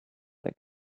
their